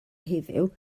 heddiw